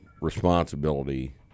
responsibility